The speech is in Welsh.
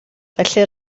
felly